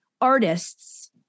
artists